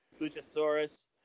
Luchasaurus